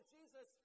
Jesus